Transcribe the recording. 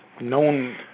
known